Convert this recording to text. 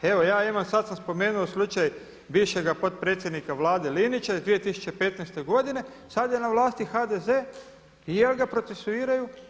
Evo ja imam, sad sam spomenuo slučaj bivšega potpredsjednika Vlade Linića iz 2015. godine, sad je na vlasti HDZ i jel' ga procesuiraju?